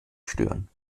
stören